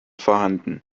vorhanden